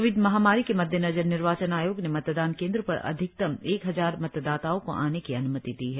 Covid महामारी के मद्देनजर निर्वाचन आयोग ने मतदान केन्द्रों पर अधिकतम एक हजार मतदाताओं को आने की अन्मति दी है